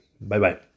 Bye-bye